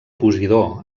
posidó